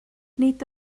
nid